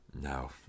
No